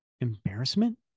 Embarrassment